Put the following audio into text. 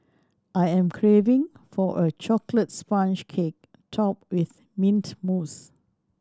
I am craving for a chocolate sponge cake topped with mint mousse